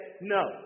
no